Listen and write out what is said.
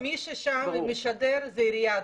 מי ששם משדר, זאת העירייה בעצמה.